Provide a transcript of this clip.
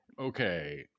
okay